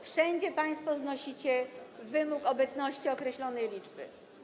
Wszędzie państwo znosicie wymóg obecności określonej liczby.